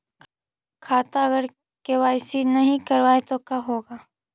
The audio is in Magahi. खाता अगर के.वाई.सी नही करबाए तो का होगा?